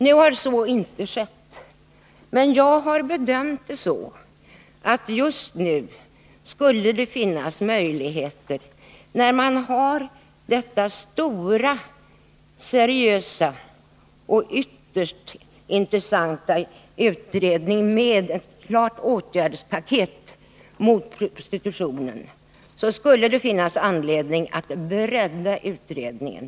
Nu har så inte skett, men jag har bedömt det så att det just nu, när man har denna stora, seriösa och ytterst intressanta utredning som också innehåller ett åtgärdspaket mot prostitutionen, skulle finnas anledning att bredda utredningen.